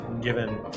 given